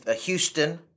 Houston